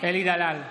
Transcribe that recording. אלי דלל,